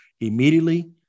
immediately